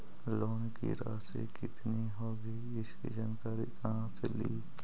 Loan की रासि कितनी होगी इसकी जानकारी कहा से ली?